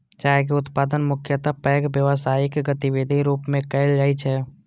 चाय के उत्पादन मुख्यतः पैघ व्यावसायिक गतिविधिक रूप मे कैल जाइ छै